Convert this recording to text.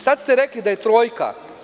Sada ste rekli da je trojka.